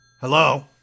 Hello